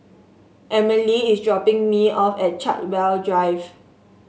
Emilie is dropping me off at Chartwell Drive